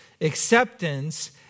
Acceptance